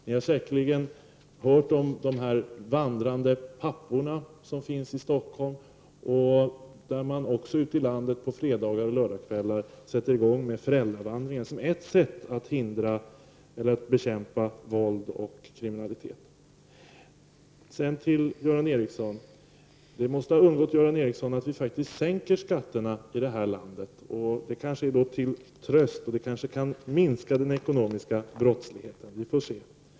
Ni har säkerligen hört talas om de s.k. vandrande papporna som finns i Stockholm och även om att man på andra håll i landet på fredagsoch lördagskvällar sätter i gång med föräldravandringar som ett sätt att bekämpa våld och kriminalitet. Det måste ha undgått Göran Ericsson att vi faktiskt sänker skatterna i detta land, vilket möjligen kan vara till tröst och kanske kan minska den ekonomiska brottsligheten. Vi får se.